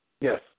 Yes